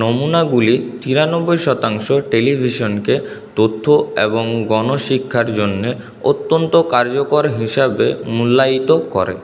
নমুনাগুলির তিরানব্বই শতাংশ টেলিভিশনকে তথ্য এবং গণশিক্ষার জন্য অত্যন্ত কার্যকর হিসেবে মুল্যায়িত করে